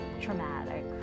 traumatic